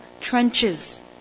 trenches